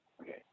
Okay